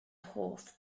hoff